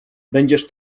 będziesz